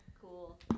Cool